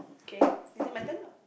kay is it my turn